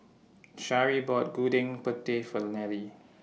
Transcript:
Sharee bought Gudeg Putih For Nelle